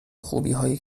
خوبیهایی